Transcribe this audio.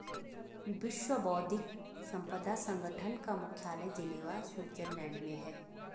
विश्व बौद्धिक संपदा संगठन का मुख्यालय जिनेवा स्विट्जरलैंड में है